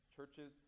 Churches